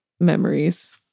memories